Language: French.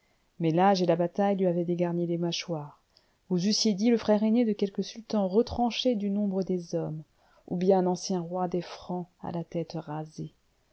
mais l'âge et la bataille lui avaient dégarni les mâchoires vous eussiez dit le frère aîné de quelque sultan retranché du nombre des hommes ou bien un ancien roi des francs à la tête rasée